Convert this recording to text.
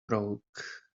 broke